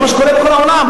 וזה מה שקורה בכל העולם,